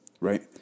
right